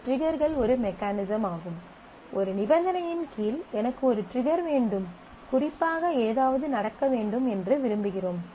ட்ரிகர்கள் ஒரு மெக்கானிசம் ஆகும் ஒரு நிபந்தனையின் கீழ் எனக்கு ஒரு ட்ரிகர் வேண்டும் குறிப்பாக ஏதாவது நடக்க வேண்டும் என்று விரும்புகிறோம்